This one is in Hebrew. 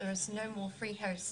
אין אירוח בחינם יותר,